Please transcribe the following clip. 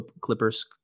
Clippers